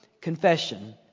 confession